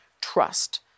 Trust